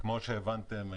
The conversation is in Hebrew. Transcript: כמו שהבנתם,